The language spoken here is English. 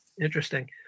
Interesting